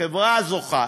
החברה הזוכה,